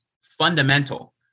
fundamental